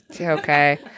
Okay